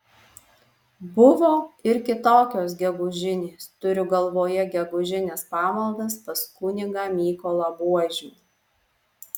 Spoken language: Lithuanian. buvo ir kitokios gegužinės turiu galvoje gegužines pamaldas pas kunigą mykolą buožių